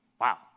wow